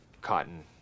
cotton